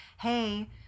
hey